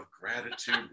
Gratitude